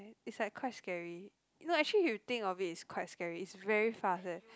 is like quite scary no actually if you think of it it's quite scary it's very fast eh